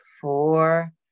four